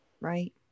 Right